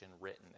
written